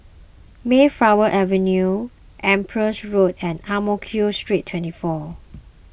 Mayflower Avenue Empress Road and Ang Mo Kio Street twenty four